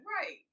right